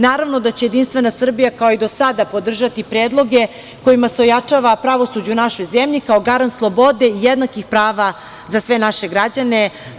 Naravno da će Jedinstvena Srbija, kao i do sada, podržati predloge kojima se ojačava pravosuđe u našoj zemlji kao garant slobode i jednakih prava za sve naše građane.